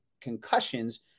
concussions